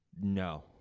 No